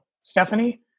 Stephanie